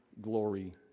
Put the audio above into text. glory